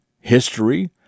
history